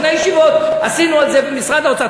או שתי ישיבות עשינו על זה במשרד האוצר.